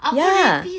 ya